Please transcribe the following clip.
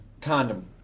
Condom